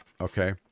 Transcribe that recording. okay